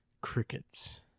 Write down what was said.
Crickets